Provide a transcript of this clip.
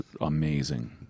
amazing